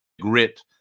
grit